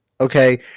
okay